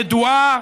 הידועה: